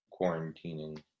quarantining